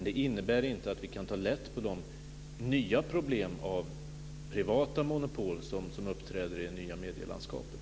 Det innebär inte att vi kan ta lätt på de nya problemen med privata monopol som uppträder i det nya medielandskapet.